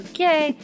Okay